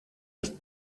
ist